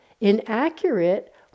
inaccurate